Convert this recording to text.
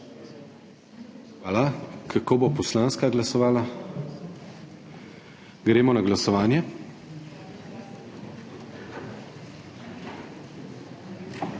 Hvala. Kako bo poslanska glasovala? Gremo na glasovanje.